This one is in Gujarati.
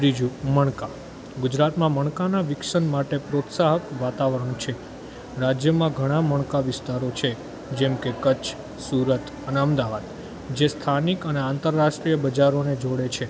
ત્રીજું મણકા ગુજરાતમાં મણકાના વિક્સન માટે પ્રોત્સાહક વાતાવરણ છે રાજ્યમાં ઘણા મણકા વિસ્તારો છે જેમ કે કચ્છ સુરત અને અમદાવાદ જે સ્થાનિક અને આંતરરાષ્ટ્રીય બજારોને જોડે છે